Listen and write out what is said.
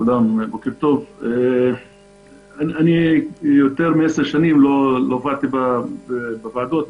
יותר מעשר שנים לא באתי לוועדות,